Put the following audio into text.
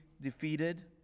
defeated